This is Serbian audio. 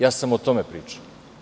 Ja sam o tome pričao.